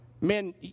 Men